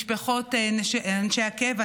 משפחות אנשי הקבע,